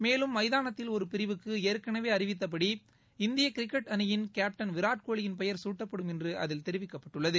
மேலும் மைதானத்தில் ஒரு பிரிவுக்கு ஏற்கனவே அறிவித்தபடி இந்திய கிரிக்கெட் அணியின் கேப்டன் விராட்கோலியின் பெயர் சூட்டப்படும் என்று அதில் தெரிவிக்கப்பட்டுள்ளது